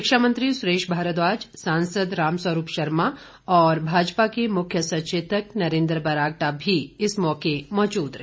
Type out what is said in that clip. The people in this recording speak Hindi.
शिक्षा मंत्री सुरेश भारद्वाज सांसद रामस्वरूप शर्मा और भाजपा के मुख्य सचेतक नरेंद्र बरागटा भी इस मौके मौजूद रहे